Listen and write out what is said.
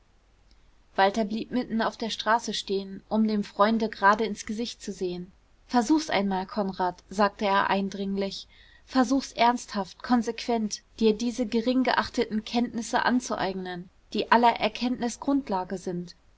walter blieb mitten auf der straße stehen um dem freunde gerade ins gesicht zu sehen versuch's einmal konrad sagte er eindringlich versuch's ernsthaft konsequent dir diese gering geachteten kenntnisse anzueignen die aller erkenntnis grundlage sind